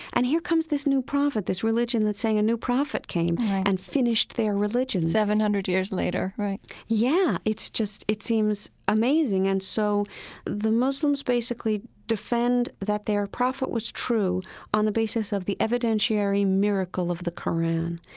and here comes this new prophet, this religion that's saying, a new prophet came and finished their religion seven hundred years later. right yeah, it's just it seems amazing. and so the muslims basically defend that their prophet was true on the basis of the evidentiary miracle of the qur'an.